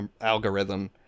algorithm